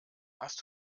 hast